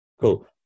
Cool